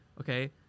okay